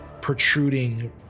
protruding